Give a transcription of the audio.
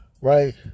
right